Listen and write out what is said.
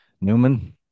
Newman